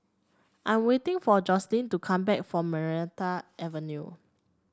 I'm waiting for Joselyn to come back from Maranta Avenue